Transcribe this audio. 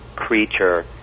creature